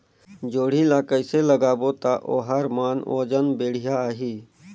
जोणी ला कइसे लगाबो ता ओहार मान वजन बेडिया आही?